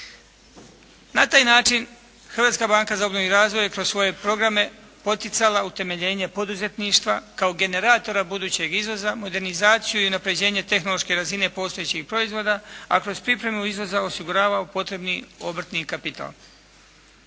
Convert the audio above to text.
Na taj način Hrvatska banka za obnovu i razvoj je kroz svoje programe poticala utemeljenje poduzetništva kao generatora budućeg izvoza, modernizaciju i unapređenje tehnološke razine postojećih proizvoda a kroz pripremu izvoza osiguravao potrebni obrtni kapital.